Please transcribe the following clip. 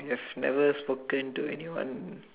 you have never spoken to anyone